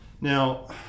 Now